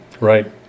Right